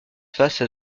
face